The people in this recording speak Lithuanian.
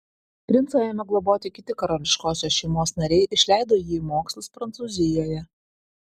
princą ėmė globoti kiti karališkosios šeimos nariai išleido jį į mokslus prancūzijoje